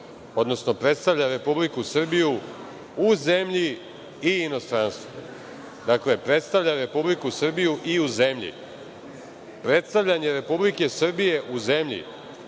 odnosno predstavlja Republiku Srbiju u zemlji i inostranstvu. Dakle, predstavlja Republiku Srbiju i u zemlji. Predstavljanje Republike Srbije u zemlji